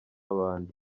abandi